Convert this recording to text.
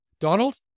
Donald